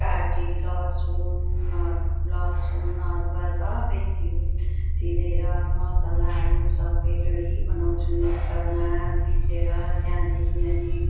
काटी लसुन अ लसुन अदुवा सबै छिल छिलेर मसलाहरू सबै रेडी बनाउँछु मिक्सरमा पिसेर त्यहाँदेखि अनि